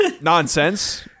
nonsense